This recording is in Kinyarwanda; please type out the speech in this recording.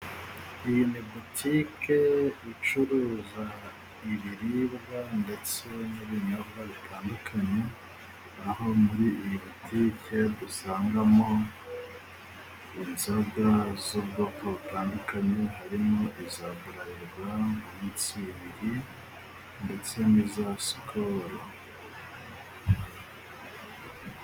Iyi ni butike icuruza ibiribwa ndetse n'ibinyobwa bitandukanye aho muri iyi butike dusangamo inzoga z'ubwoko butandukanye harimo iza burarirwa na mitsingi ndetse n'iza sikoro.